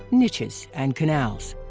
niches and canals.